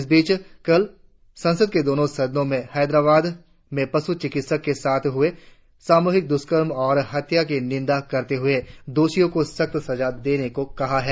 इस बीच कल संसद के दोनों सदनों ने हैदराबाद में पश् चिकित्सक के साथ हुए सामुहिक द्रष्कर्म और हत्या की निंदा करते हुए दोषियों को सख्त सजा देने को कहा है